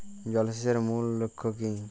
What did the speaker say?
জল সেচের মূল লক্ষ্য কী?